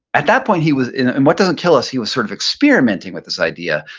at that point, he was, in and what doesn't kill us he was sort of experimenting with this idea.